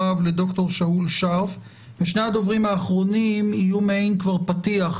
יש דבר חשוב מאוד שהתחדש מאז שהתקבל חוק הלאום עד הדיון